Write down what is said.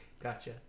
Gotcha